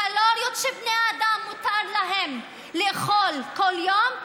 קלוריות שמותר לבני אדם לאכול כל יום?